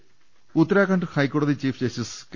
രദേഷ്ടങ ഉത്തരാഖണ്ഡ് ഹൈക്കോടതി chief justice K